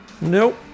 Nope